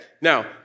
Now